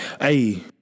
Hey